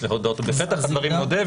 בפתח הדברים נודה,